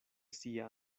sia